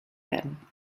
werden